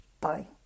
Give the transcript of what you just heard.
bye